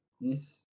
Yes